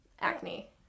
Acne